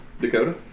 Dakota